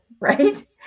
right